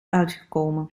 uitgekomen